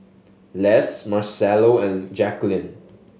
Les Marcello and Jacquelin